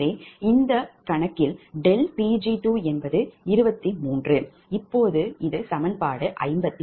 எனவே அந்த வழக்கில் ∆Pg223 இப்போது சமன்பாடு 52